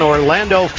Orlando